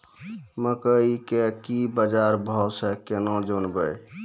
मकई के की बाजार भाव से केना जानवे?